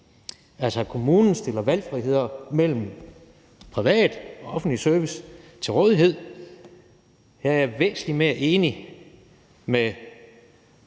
altså at kommunen giver valgfrihed mellem privat og offentlig service. Jeg er væsentlig mere enig med